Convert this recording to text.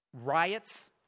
riots